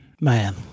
Man